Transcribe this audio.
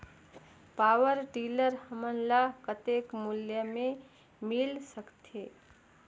Power tiller हमन ल कतेक मूल्य मे मिल सकथे?